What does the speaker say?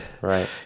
Right